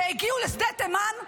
שהגיעו לשדה תימן,